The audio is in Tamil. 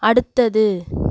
அடுத்தது